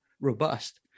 robust